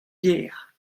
gêr